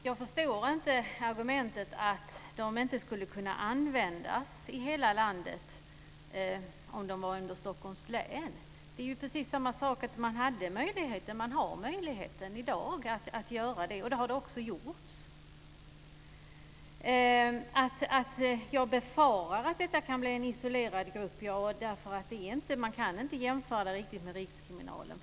Fru talman! Jag förstår inte argumentet att de inte skulle kunna användas i hela landet om de var under Stockholms län. Man har möjligheten i dag att göra det, och det har det också gjorts. Anledningen till att jag befarar att detta kan bli en isolerad grupp är att man inte riktigt kan jämföra med rikskriminalen.